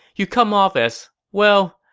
you come off as, well,